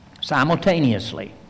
simultaneously